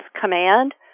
command